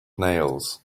nails